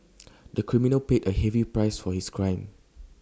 the criminal paid A heavy price for his crime